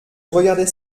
regardait